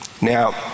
Now